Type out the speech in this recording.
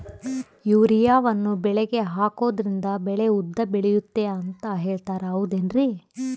ಯೂರಿಯಾವನ್ನು ಬೆಳೆಗೆ ಹಾಕೋದ್ರಿಂದ ಬೆಳೆ ಉದ್ದ ಬೆಳೆಯುತ್ತೆ ಅಂತ ಹೇಳ್ತಾರ ಹೌದೇನ್ರಿ?